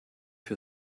für